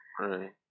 Right